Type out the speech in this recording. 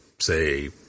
Say